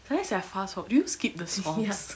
unless I fast forward do you skip the songs